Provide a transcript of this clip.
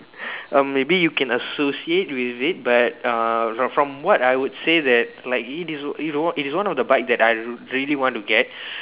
uh maybe you can associate with it but uh from from what I would say that like it is it the it is one of the bike that I really want to get